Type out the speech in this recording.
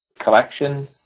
collection